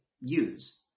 use